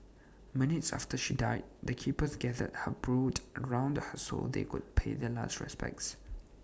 minutes after she died the keepers gathered her brood around her so they could pay their last respects